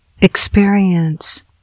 experience